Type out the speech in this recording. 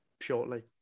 shortly